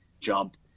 jump